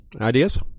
Ideas